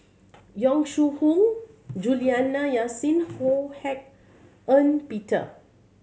Yong Shu Hoong Juliana Yasin Ho Hak Ean Peter